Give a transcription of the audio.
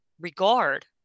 regard